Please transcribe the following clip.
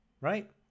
right